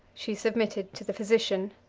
she submitted to the physician.